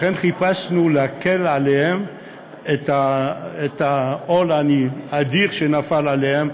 לכן חיפשנו להקל עליהם את העול האדיר שנפל עליהם,